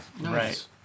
right